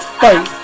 fight